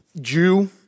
Jew